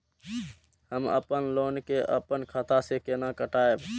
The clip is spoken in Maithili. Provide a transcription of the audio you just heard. हम अपन लोन के अपन खाता से केना कटायब?